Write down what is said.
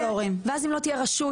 יש רשות